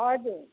हजुर